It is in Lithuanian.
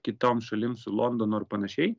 kitom šalim su londonu ar panašiai